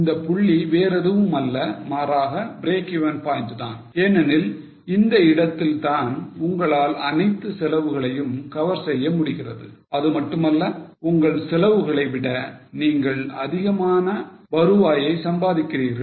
இந்த புள்ளி வேறெதுவும் அல்ல மாறாக breakeven point தான் ஏனெனில் இந்த இடத்தில்தான் உங்களால் அனைத்து செலவுகளையும் cover செய்ய முடிகிறது அதுமட்டுமல்ல உங்கள் செலவுகளை விட நீங்கள் அதிகமான வருவாயை சம்பாதிக்கிறீர்கள்